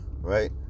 right